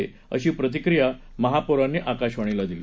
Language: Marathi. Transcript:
अशी प्रतिक्रिया महापौरांनी आकाशवाणीला दिली